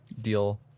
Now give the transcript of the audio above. deal